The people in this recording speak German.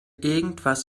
irgendwas